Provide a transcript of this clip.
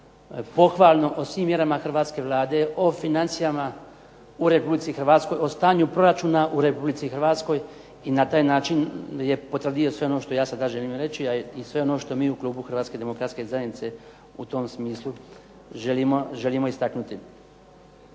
pohvalno o svim mjerama hrvatske Vlade, o financijama u Republici Hrvatskoj, o stanju proračuna u Republici Hrvatskoj i na taj način je potvrdio sve ono što ja sad želim reći a i sve ono što mi u klubu Hrvatske demokratske zajednice u tom smislu želimo istaknuti.